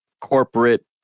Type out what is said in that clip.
corporate